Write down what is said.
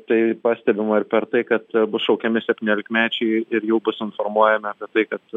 tai pastebima ir per tai kad bus šaukiami septyniolikmečiai ir ir jau bus informuojami apie tai kad